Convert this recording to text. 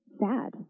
sad